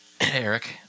Eric